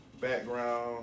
background